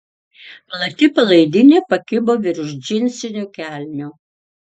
plati palaidinė pakibo virš džinsinių kelnių